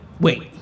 wait